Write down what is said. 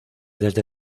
desde